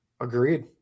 agreed